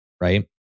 Right